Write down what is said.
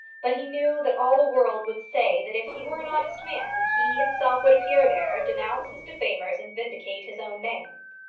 but he knew that all the world would say that if he were an honest man, he himself would appear there, denounce his defamers, and vindicate his own name.